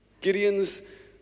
Gideon's